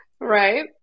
Right